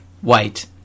white